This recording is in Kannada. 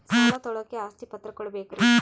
ಸಾಲ ತೋಳಕ್ಕೆ ಆಸ್ತಿ ಪತ್ರ ಕೊಡಬೇಕರಿ?